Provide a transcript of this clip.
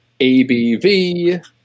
ABV